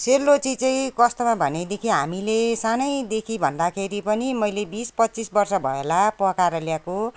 सेलरोटी चाहिँ कस्तोमा भनेदेखि हामीले सानैदेखि भन्दाखेरि पनि मैले बिस पच्चिस वर्ष भयो होला पकाएर ल्याएको